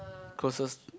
closers